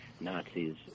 Nazis